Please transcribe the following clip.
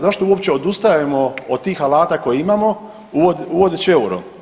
Zašto uopće odustajemo od tih alata koje imamo uvodeći EUR-o?